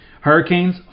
Hurricanes